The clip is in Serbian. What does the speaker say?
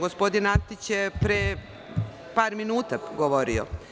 Gospodin Antić je pre par minuta govorio.